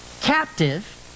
captive